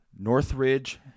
Northridge